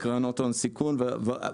וקרנות הון סיכון וכו'.